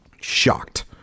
shocked